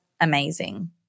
amazing